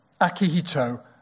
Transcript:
Akihito